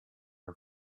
her